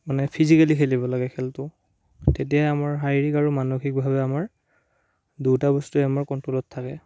মানে ফিজিকেলি খেলিব লাগে খেলটো তেতিয়া আমাৰ শাৰীৰিক আৰু মানসিকভাৱে আমাৰ দুয়োটা বস্তুৱে আমাৰ কণ্টলত থাকে